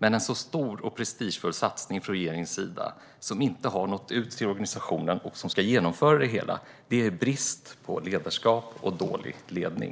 Men en så stor och prestigefull satsning från regeringens sida som inte har nått ut till den organisation som ska genomföra det hela visar brist på ledarskap och dålig ledning.